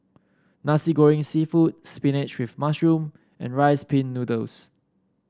Nasi Goreng seafood spinach with mushroom and Rice Pin Noodles